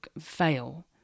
fail